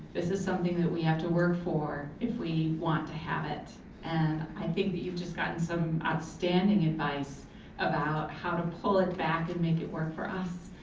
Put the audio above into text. this is something that we have to work for if we want to have it and i think that you've just gotten some outstanding advice about how to pull it back and make it work for us.